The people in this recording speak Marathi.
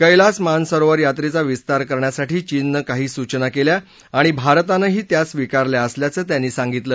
कैलास मानसरोवर यात्रेचा विस्तार करण्यासाठी चीननं काही सूचना केल्या आणि भारतानही त्या स्वीकारल्या असल्याचं त्यांनी सांगितलं